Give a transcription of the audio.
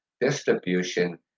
distribution